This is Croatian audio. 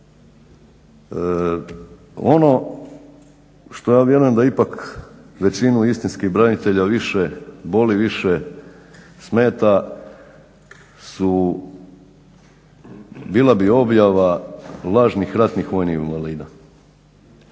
Ono što ja vjerujem da ipak većinu istinskih branitelja više boli, više smeta bila bi objava lažnih ratnih vojnih invalida.